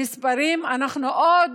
המספרים, עוד